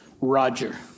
Roger